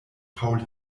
paul